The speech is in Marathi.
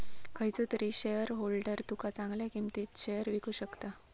खयचो तरी शेयरहोल्डर तुका चांगल्या किंमतीत शेयर विकु शकता